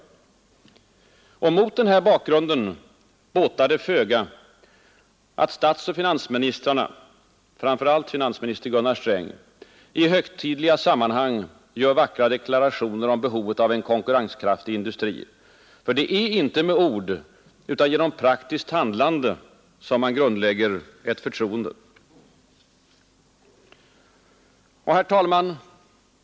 Mot denna bakgrund båtar det föga att statsoch finansministrarna, framför allt då finansminister Gunnar Sträng, i högtidliga sammanhang gör vackra deklarationer om behovet av en konkurrenskraftig industri, för det är inte med ord utan genom praktiskt handlande som man grundlägger ett förtroende. Herr talman!